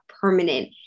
permanent